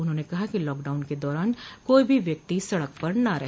उन्होंने कहा कि लॉकडाउन के दौरान कोई भी व्यक्ति सड़क पर न रहे